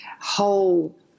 whole